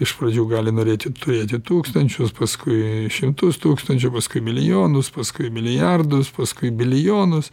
iš pradžių gali norėti turėti tūkstančius paskui šimtus tūkstančių paskui milijonus paskui milijardus paskui bilijonus